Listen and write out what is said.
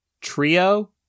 Trio